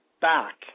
back